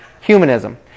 humanism